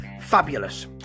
fabulous